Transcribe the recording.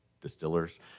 distillers